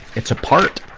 it's a part,